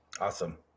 Awesome